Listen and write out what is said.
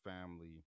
family